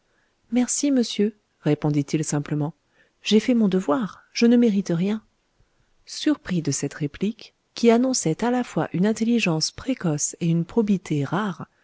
merci monsieur répondit-il simplement j'ai fait mon devoir je ne mérite rien surpris de cette réplique qui annonçait à la fois une intelligence précoce et une probité rare